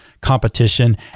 competition